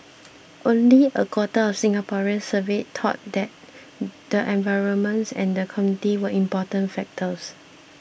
only a quarter of Singaporeans surveyed thought that the environment and the community were important factors